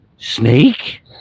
Snake